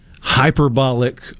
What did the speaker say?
hyperbolic